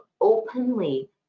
openly